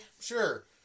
sure